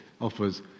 offers